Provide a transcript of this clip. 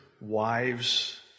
wives